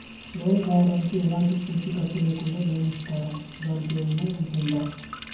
Loan కావడానికి ఎలాంటి పూచీకత్తు లేకుండా లోన్ ఇస్తారా దానికి ఏమైనా ఉంటుందా?